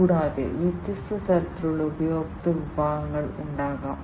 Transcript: കൂടാതെ വ്യത്യസ്ത തരത്തിലുള്ള ഉപഭോക്തൃ വിഭാഗങ്ങൾ ഉണ്ടാകാം